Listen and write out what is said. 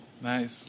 nice